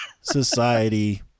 Society